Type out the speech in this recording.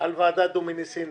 על ועדת דומיניסיני.